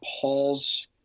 Paul's